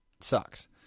sucks